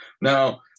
Now